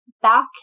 back